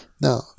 Now